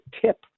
tip